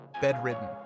Bedridden